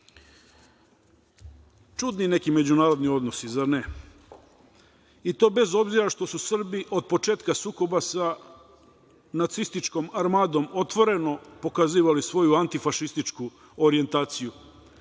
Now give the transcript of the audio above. Čudni neki međunarodni odnosi, zar ne? Bez obzira što su Srbi od početka sukoba sa nacističkom armadom otvoreno pokazivali svoju antifašističku orijentaciju